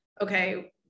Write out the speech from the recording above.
okay